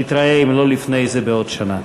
נתראה, אם לא לפני זה, בעוד שנה.